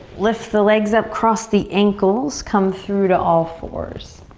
lift the legs up, cross the ankles. come through to all fours.